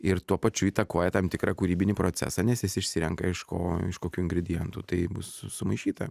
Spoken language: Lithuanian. ir tuo pačiu įtakoja tam tikrą kūrybinį procesą nes jis išsirenka iš ko iš kokių ingredientų tai bus su sumaišyta